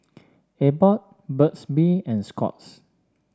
Abbott Burt's Bee and Scott's